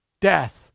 death